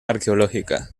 arqueológica